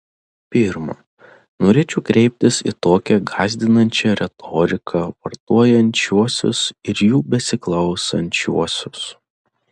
pirma norėčiau kreiptis į tokią gąsdinančią retoriką vartojančiuosius ir jų besiklausančiuosius